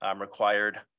required